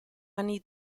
anni